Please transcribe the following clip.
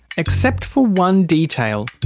except for one detail